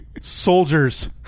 Soldiers